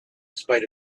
spite